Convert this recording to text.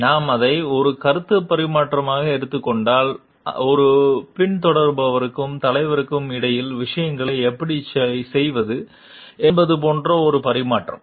நாம் அதை ஒரு கருத்துப் பரிமாற்றமாக எடுத்துக் கொண்டால் ஒரு பின்தொடர்பவருக்கும் தலைவருக்கும் இடையில் விஷயங்களை எப்படிச் செய்வது என்பது போன்ற ஒரு பரிமாற்றம்